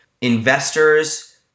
investors